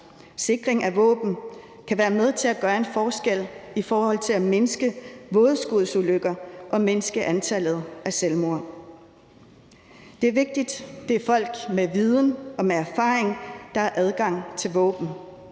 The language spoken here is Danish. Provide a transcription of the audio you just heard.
Sikring af våben kan være med til at gøre en forskel i forhold til at mindske vådeskudsulykker og mindske antallet af selvmord. Det er vigtigt, at det er folk med viden og erfaring, der har adgang til våben.